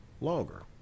longer